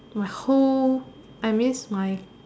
my whole I miss my